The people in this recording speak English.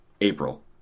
April